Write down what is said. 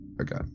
Okay